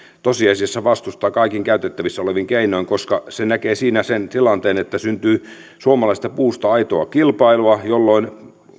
tosiasiassa vastustaa sitä kaikin käytettävissä olevin keinoin koska se näkee siinä sen tilanteen että syntyy suomalaisesta puusta aitoa kilpailua jolloin